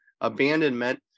abandonment